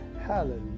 hallelujah